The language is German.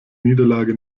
niederlage